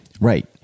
Right